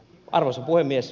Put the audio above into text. arvoisa puhemies